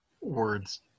words